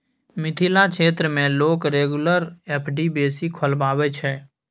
मिथिला क्षेत्र मे लोक रेगुलर एफ.डी बेसी खोलबाबै छै